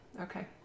Okay